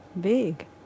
big